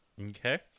okay